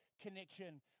connection